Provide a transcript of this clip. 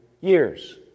years